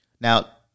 Now